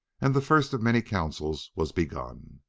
and the first of many councils was begun.